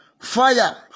Fire